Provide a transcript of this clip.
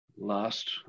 Last